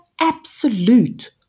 absolute